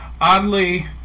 oddly